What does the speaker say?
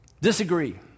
disagree